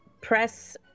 press